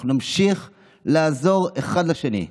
אנחנו נמשיך לעזור אחד לשני.